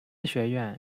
学院